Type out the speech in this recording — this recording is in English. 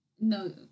No